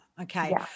Okay